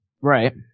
Right